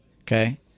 okay